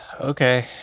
Okay